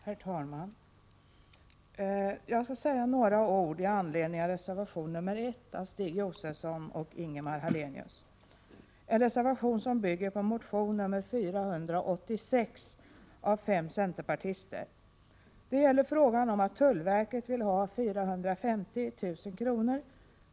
Herr talman! Jag skall säga några ord i anledning av reservation nr 1 av Stig Josefson och Ingemar Hallenius, en reservation som bygger på motion nr 486 av fem centerpartister. Det gäller frågan om att tullverket vill ha 450 000 kr.